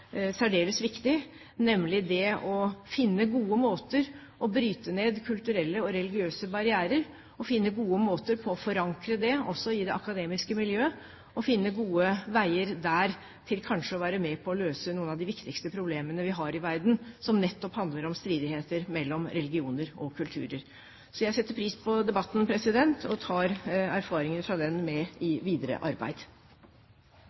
særdeles viktig, nemlig det å finne gode måter å bryte ned kulturelle og religiøse barrierer på, å finne gode måter for å forankre det også i det akademiske miljøet, og å finne gode veier der til kanskje å være med på å løse noen av de viktigste problemene vi har i verden, som nettopp handler om stridigheter mellom religioner og kulturer. Så jeg setter pris på debatten, og tar erfaringer fra den med